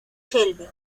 shelby